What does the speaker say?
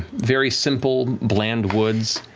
very simple, bland woods.